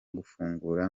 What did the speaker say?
gufungura